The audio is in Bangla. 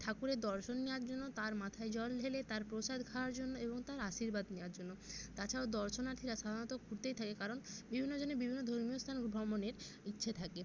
ঠাকুরের দর্শন নেওয়ার জন্য তার মাথায় জল ঢেলে তার প্রসাদ খাওয়ার জন্য এবং তার আশীর্বাদ নেওয়ার জন্য তাছাড়াও দর্শনার্থীরা সাধারণত ঘুরতেই থাকে কারণ বিভিন্নজনে বিভিন্ন ধর্মীয় স্থান ভ্রমণের ইচ্ছে থাকে